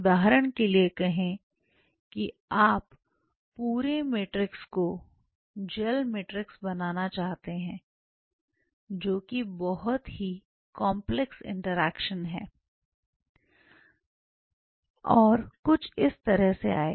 उदाहरण के लिए कहें कि आप पूरे मैट्रिक्स को जैल मैट्रिक्स बनाना चाहते हैं जो की बहुत ही कांपलेक्स इंटरेक्शन होगा और कुछ इस तरह से आएगा